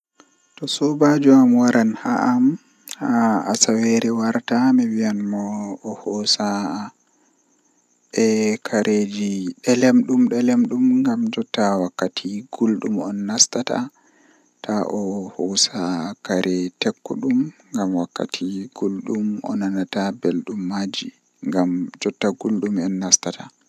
Ndikka mi yahi laarugo fim feere am, ngam tomi yahi laarugo mi yidaahayaniya malla ko saklata am to midon laara. Amma nyamuki to goddo don walla am nyamuki mi midon yia mi buran nyamugo nyamdu man duddum.